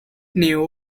knew